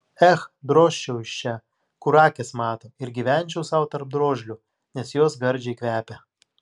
ech drožčiau iš čia kur akys mato ir gyvenčiau sau tarp drožlių nes jos gardžiai kvepia